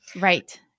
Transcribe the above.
Right